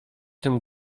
tym